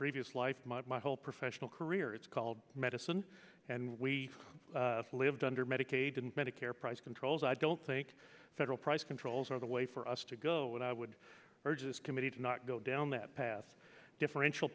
previous life my whole professional career it's called medicine and we lived under medicaid and medicare price controls i don't think federal price controls are the way for us to go and i would urge this committee to not go down that path differential